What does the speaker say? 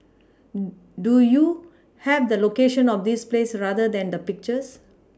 do you have the location of this place or rather the pictures